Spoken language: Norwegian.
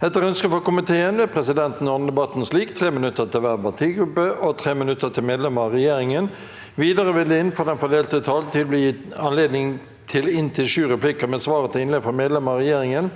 og kulturkomiteen vil presidenten ordne debatten slik: 5 minutter til hver partigruppe og 5 minutter til medlemmer av regjeringen. Videre vil det – innenfor den fordelte taletid – bli gitt anledning til inntil seks replikker med svar etter innlegg fra medlemmer av regjeringen,